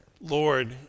Lord